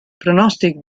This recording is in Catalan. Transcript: pronòstic